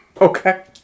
Okay